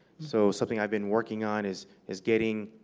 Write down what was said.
so something i've been working on is is getting